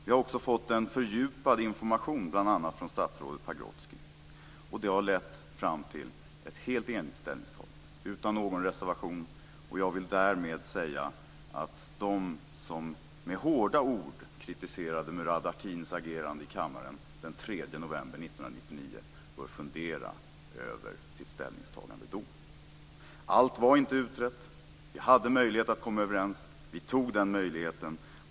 Vi har också fått en fördjupad information bl.a. från statsrådet Pagrotsky. Det har lett fram till ett helt enigt ställningstagande utan någon reservation. Jag vill därmed säga att de som med hårda ord kritiserade Murad Artins agerande i kammaren den 3 november 1999 bör fundera över sitt ställningstagande då. Allt var inte utrett. Vi hade möjlighet att komma överens, och vi tog den möjligheten.